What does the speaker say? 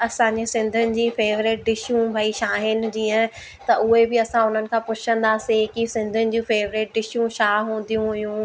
असांजे सिंधियुनि जी फेवरेट डिशू भाई छा आहिनि जीअं त उहे बि असां उन्हनि खां पुछंदासीं की सिंधियुनि जूं फेवरेट डिशू छा हूंदियूं हुइयूंं